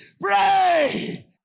Pray